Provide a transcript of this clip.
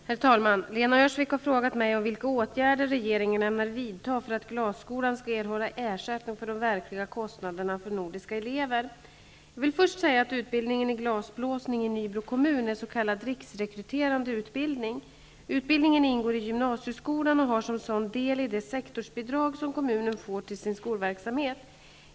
Herr talman! Lena Öhrsvik har frågat mig vilka åtgärder regeringen ämnar vidta för att glasskolan skall erhålla ersättning för de verkliga kostnaderna för nordiska elever. Jag vill först säga att utbildningen i glasblåsning i Nybro kommun är s.k. riksrekryterande utbildning. Utbildningen ingår i gymnasieskolan och har som sådan del i det sektorsbidrag som kommunen får till sin skolverksamhet.